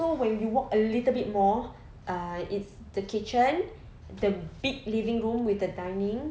so when you walk a little bit more uh it's the kitchen the big living room with the dining